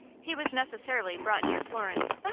he was necessarily brought near florence,